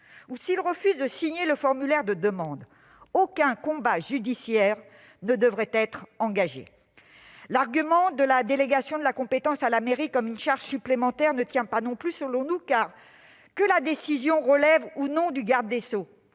ou s'il refuse de signer le formulaire de demande, aucun combat judiciaire ne devrait être nécessaire. L'argument selon lequel une délégation de la compétence à la mairie emporterait une charge supplémentaire ne tient pas non plus, à notre sens. Que la décision relève ou non du garde des sceaux,